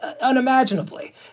unimaginably